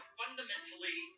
fundamentally